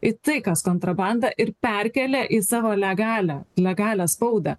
į tai kas kontrabanda ir perkėlė į savo legalią legalią spaudą